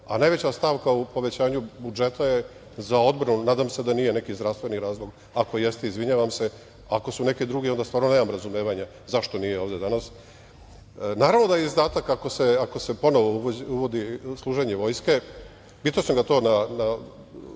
a najveća stavka u povećanju budžeta je za odbranu. Nadam se da nije neki zdravstveni razlog. Ako jeste, izvinjavam se. Ako su neke druge, onda stvarno nemam razumevanja zašto nije ovde danas. Naravno da je izdatak ako se ponovo uvodi služenje vojske. Pitao sam ga to na